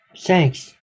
Thanks